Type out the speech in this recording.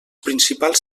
principals